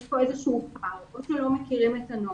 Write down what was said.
אם הם לא מכירים את הנוהל,